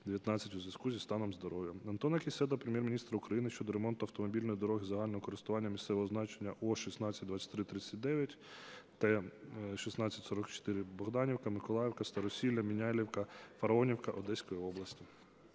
у зв'язку із станом здоров'я. Антона Кіссе до Прем'єр-міністра України щодо ремонту автомобільної дороги загального користування місцевого значення О162339 /Т-16-44/ Богданівка – Миколаївка – Старосілля – Міняйлівка – Фараонівка Одеської області.